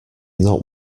not